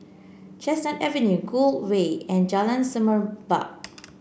Chestnut Avenue Gul Way and Jalan Semerbak